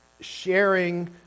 sharing